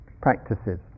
practices